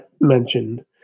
mentioned